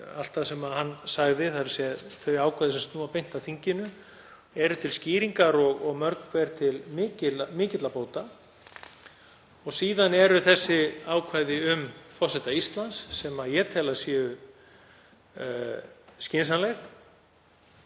allt sem hann sagði. Þau ákvæði sem snúa beint að þinginu eru til skýringar og mörg hver til mikilla bóta. Síðan eru ákvæði um forseta Íslands sem ég tel að séu skynsamleg